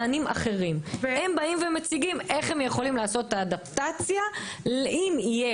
הם מציגים איך הם יכולים לעשות אדפטציה אם יהיה